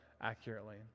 accurately